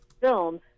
film